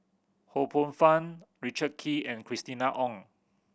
Ho Poh Fun Richard Kee and Christina Ong